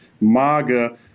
MAGA